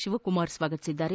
ಶಿವಕುಮಾರ್ ಸ್ವಾಗತಿಸಿದ್ದಾರೆ